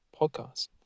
podcast